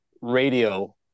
radio